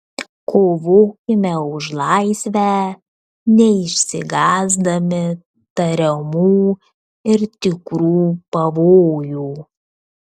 kovokime už laisvę neišsigąsdami tariamų ir tikrų pavojų